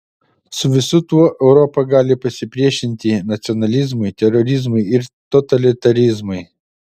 su visu tuo europa gali pasipriešinti nacionalizmui terorizmui ir totalitarizmui